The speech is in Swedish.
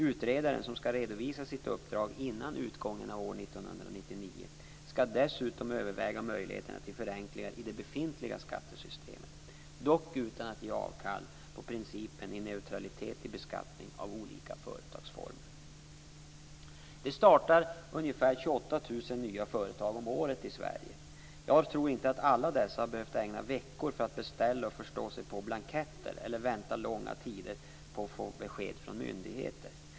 Utredaren, som skall redovisa sitt uppdrag innan utgången av år 1999, skall dessutom överväga möjligheterna till förenklingar i det befintliga skattesystemet, dock utan att ge avkall på principen om neutralitet i beskattningen av olika företagsformer. Det startas ungefär 28 000 nya företag om året i Sverige. Jag tror inte att alla dessa har behövt ägna veckor åt att beställa och förstå sig på blanketter eller vänta långa tider på besked från myndigheter.